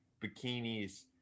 bikinis